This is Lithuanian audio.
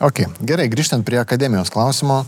okei gerai grįžtant prie akademijos klausimo